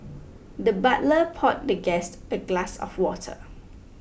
the butler poured the guest a glass of water